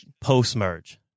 post-merge